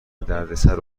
دردسر